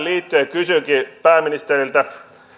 liittyen kysynkin pääministeriltä